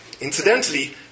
Incidentally